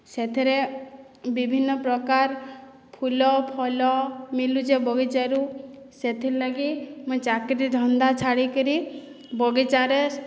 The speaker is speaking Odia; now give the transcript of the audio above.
ସେଥିରେ ବିଭିନ୍ନପ୍ରକାର ଫୁଲ ଫଲ ମିଲୁଚେ ବଗିଚାରୁ ସେଥିର୍ଲାଗି ମୁଁ ଚାକିରୀ ଧନ୍ଦା ଛାଢ଼ିକିରି ବଗିଚାରେ